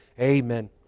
amen